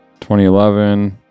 2011